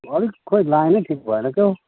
अलिक खै लाइन नै ठिक भएन कि के हो